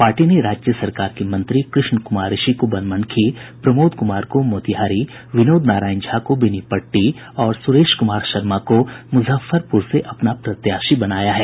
party ने राज्य सरकार के मंत्री कृष्ण कुमार ऋषि को बनमनखी प्रमोद कुमार को मोतिहारी विनोद नारायण झा को बेनीपट्टी और सुरेश कुमार शर्मा को मुजफ्फरपुर से अपना प्रत्याशी बनाया है